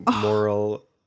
moral